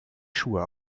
schuhe